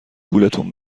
گولتون